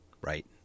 right